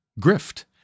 grift